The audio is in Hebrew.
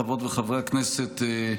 חברות וחברי הכנסת,